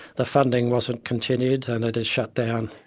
the funding wasn't continued and it is shut down.